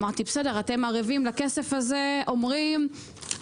אמרתי בסדר, אתם ערבים לכסף הזה מקבלת.